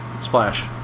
splash